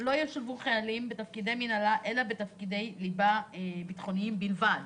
"לא ישולבו חיילי מינהלה אלא בתפקידי ליבה ביטחוניים בלבד"